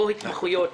או התמחויות